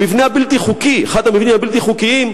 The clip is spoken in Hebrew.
המבנה הבלתי-חוקי,